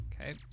okay